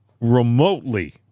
remotely